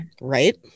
right